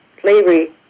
slavery